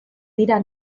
dira